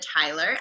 Tyler